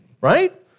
Right